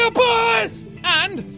a boss! and,